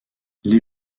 les